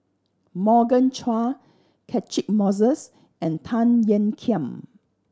Morgan Chua Catchick Moses and Tan Ean Kiam